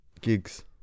gigs